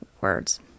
words